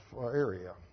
area